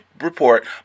report